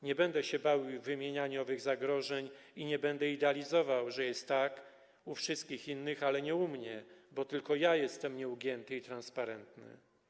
Nie będę się bawił w wymienianie owych zagrożeń i nie będę idealizował, że jest tak u wszystkich innych, ale nie u mnie, bo tylko ja jestem nieugięty i transparentny.